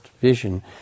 vision